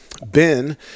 Ben